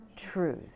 truth